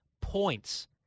points